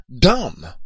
dumb